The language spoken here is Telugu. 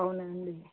అవునా అండి